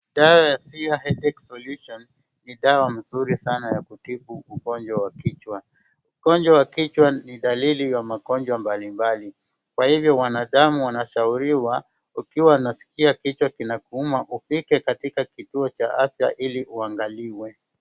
Dawa ya SIHA HEADACHE SOLUTION ni dawa mzuri sana ya kutibu ugonjwa wa kichwa. Ugonjwa wa kichwa ni dalili ya magonjwa mbalimbali kwa hivyo wanadamu wanashauriwa ukiwa unaskia kichwa kinakuuma ufike katika kituo cha afya ili uwangaliwe.